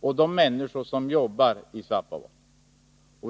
och situationen för de människor som jobbar vid Svappavaaraenheten.